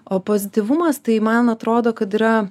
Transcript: o pozityvumas tai man atrodo kad yra